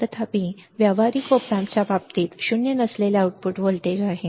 तथापि व्यावहारिक op amp च्या बाबतीत शून्य नसलेले आउटपुट व्होल्टेज आहे